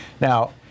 Now